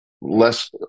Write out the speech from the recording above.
Less